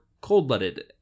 cold-blooded